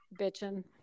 bitching